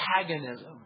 antagonism